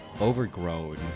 overgrown